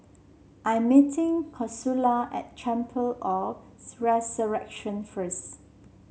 I am meeting Consuela at Chapel of The Resurrection first